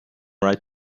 right